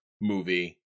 movie